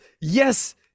yes